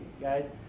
guys